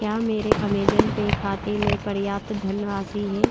क्या मेरे अमेजन पे खाते में पर्याप्त धन राशि है